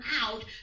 out